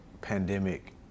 pandemic